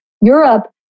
Europe